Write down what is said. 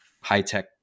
high-tech